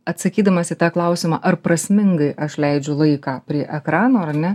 atsakydamas į tą klausimą ar prasmingai aš leidžiu laiką prie ekrano ar ne